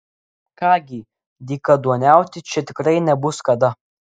ką gi dykaduoniauti čia tikrai nebus kada